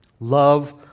Love